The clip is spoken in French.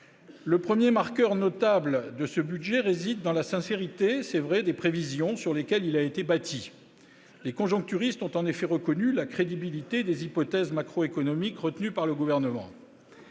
Le premier marqueur notable de ce budget réside dans la sincérité des prévisions sur lesquelles il a été bâti. Les conjoncturistes ont en effet reconnu la crédibilité des hypothèses macroéconomiques retenues par le Gouvernement.